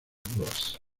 bros